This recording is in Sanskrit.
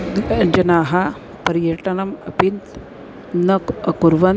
गृहे जनाः पर्यटनम् अपि न अकुर्वन्